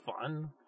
fun